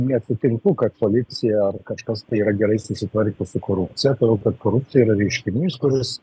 nesutinku kad policija ar kažkas tai yra gerai susitvarkę su korupcija todėl kad korupcija yra reiškinys kuris